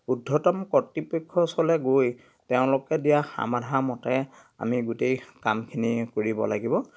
উৰ্দ্ধতম কৰ্তৃপক্ষৰ ওচৰলৈ গৈ তেওঁলোকে দিয়া সমাধান মতে আমি গোটেই কামখিনি কৰিব লাগিব